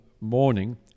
morning